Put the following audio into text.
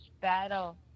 battle